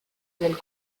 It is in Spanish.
del